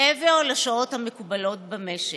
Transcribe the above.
מעבר לשעות המקובלות במשק.